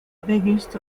biggest